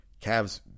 Cavs